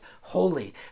holy